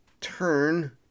turn